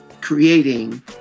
creating